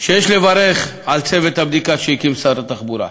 שיש לברך על צוות הבדיקה שהקים שר התחבורה,